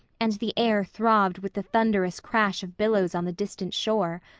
and the air throbbed with the thunderous crash of billows on the distant shore.